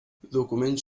documents